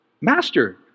master